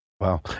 Wow